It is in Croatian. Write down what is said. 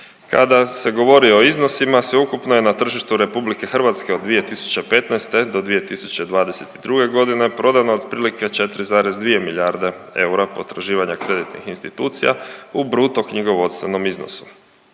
Kada se govori o iznosima sveukupno je na tržištu RH od 2015. do 2022.g. prodano otprilike 4,2 milijarde eura potraživanja kreditnih institucija u bruto knjigovodstvenom iznosu.